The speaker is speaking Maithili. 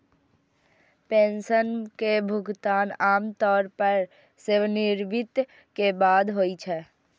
पेंशन के भुगतान आम तौर पर सेवानिवृत्ति के बाद होइ छै